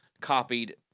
copied